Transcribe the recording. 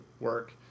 work